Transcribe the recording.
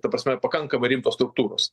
ta prasme pakankamai rimtos struktūros